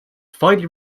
finally